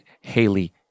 Haley